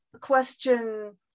question